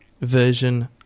version